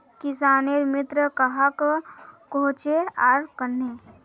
किसानेर मित्र कहाक कोहचे आर कन्हे?